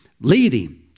leading